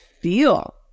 feel